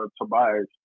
Tobias